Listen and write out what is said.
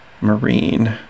Marine